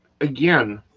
again